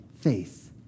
faith